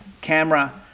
camera